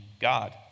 God